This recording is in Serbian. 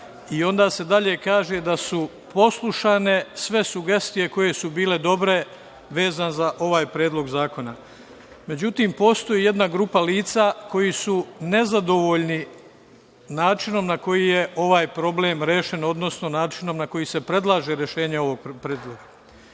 i onda se dalje kaže da su poslušane sve sugestije koje su bile dobre vezano za ovaj Predlog zakona. Međutim, postoji jedna grupa lica koji su nezadovoljni načinom na koji je ovaj problem rešen, odnosno načinom na koji se predlaže rešenje ovog